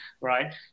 right